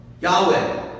Yahweh